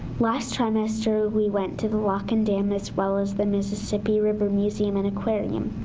last trimester we went to the lock and dam, as well as the mississippi river museum and aquarium.